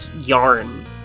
yarn